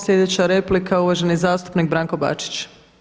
Sljedeća replika uvaženi zastupnik Branko Bačić.